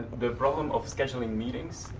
the problem of scheduling meetings,